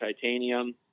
Titanium